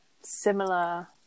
similar